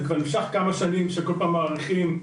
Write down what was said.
זה כבר נמשך כמה שנים שכל פעם מאריכים.